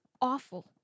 awful